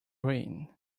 rain